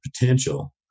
potential